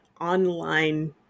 online